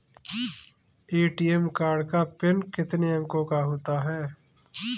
ATM card का PIN कितने अंकों का होता है?